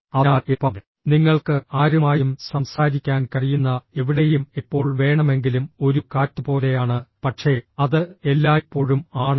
അതിനാൽ എളുപ്പം നിങ്ങൾക്ക് ആരുമായും സംസാരിക്കാൻ കഴിയുന്ന എവിടെയും എപ്പോൾ വേണമെങ്കിലും ഒരു കാറ്റ് പോലെയാണ് പക്ഷേ അത് എല്ലായ്പ്പോഴും ആണോ